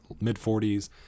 mid-40s